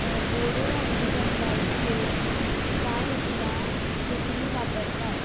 बोडो आनी बंगाली लोक कांय उतरां कोंकणी वापरतात